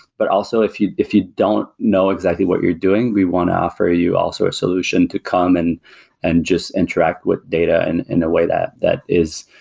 but also, if you if you don't know exactly what you're doing, we want to offer you also a solution to come and and just interact with data and in a way that that is